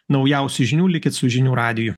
naujausių žinių likit su žinių radiju